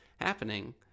happening